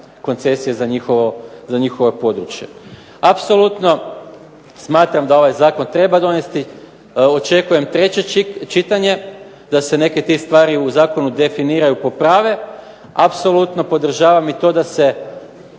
koncesije za njihovo područje. Apsolutno smatram da ovaj zakon treba donesti, očekujem treće čitanje da se neke te stvari u zakonu definiraju, poprave. Apsolutno podržavam i to da se